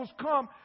come